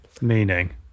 Meaning